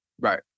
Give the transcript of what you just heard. Right